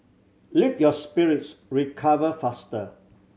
lift your spirits recover faster